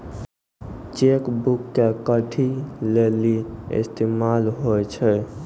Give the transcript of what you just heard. Cheque बुको के कथि लेली इस्तेमाल होय छै?